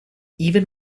even